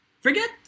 Forget